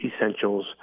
essentials